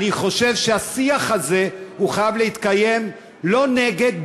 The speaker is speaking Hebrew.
אני חושב שהשיח הזה חייב להתקיים לא נגד,